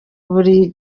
buri